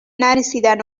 نرسیدن